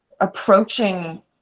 approaching